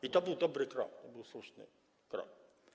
I to był dobry krok, to był słuszny krok.